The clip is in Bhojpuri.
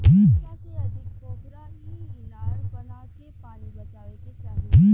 अधिका से अधिका पोखरा आ इनार बनाके पानी बचावे के चाही